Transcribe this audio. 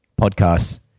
podcasts